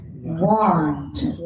want